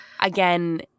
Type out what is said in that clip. Again